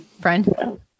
Friend